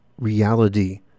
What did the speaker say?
reality